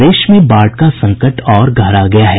प्रदेश में बाढ़ का संकट और गहरा गया है